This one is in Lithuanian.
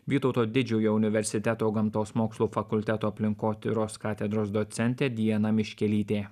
vytauto didžiojo universiteto gamtos mokslų fakulteto aplinkotyros katedros docentė diana miškelytė